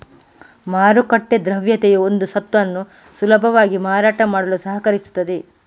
ಮಾರುಕಟ್ಟೆ ದ್ರವ್ಯತೆಯು ಒಂದು ಸ್ವತ್ತನ್ನು ಸುಲಭವಾಗಿ ಮಾರಾಟ ಮಾಡಲು ಸಹಕರಿಸುತ್ತದೆ